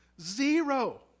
Zero